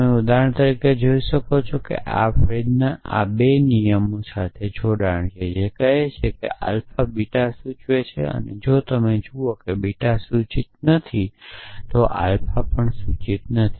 તમે ઉદાહરણ તરીકે જોઈ શકો છો આ એક ફ્રીજનું આ બે નિયમો સાથે જોડાણ છે જે કહે છે કે આલ્ફા બીટા સૂચવે છે અને જો તમે જુઓ કે બીટા સૂચિત નથી તો આલ્ફા સૂચિત નથી